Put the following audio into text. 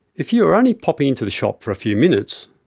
if you are only popping into the shop for a few minutes,